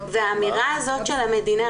והאמירה הזאת של המדינה